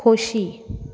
खोशी